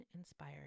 inspired